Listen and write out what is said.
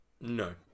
No